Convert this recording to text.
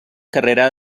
carrera